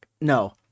No